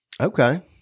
Okay